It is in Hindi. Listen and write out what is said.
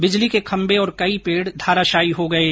बिजली के खम्मे और कई पेड धराशायी हो गये